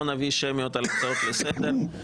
ולא נביא שמיות על הצעות לסדר,